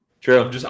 True